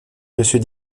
monsieur